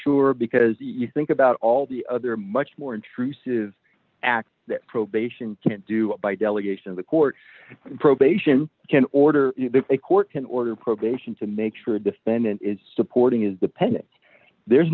sure because you think about all the other much more intrusive act the probation can't do by delegation the court probation can order a court can order probation to make sure defendant is supporting is the pending there's